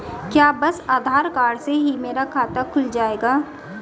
क्या बस आधार कार्ड से ही मेरा खाता खुल जाएगा?